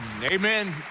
Amen